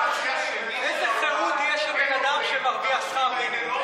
איזו חירות יש לבן אדם שמרוויח שכר מינימום?